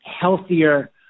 healthier –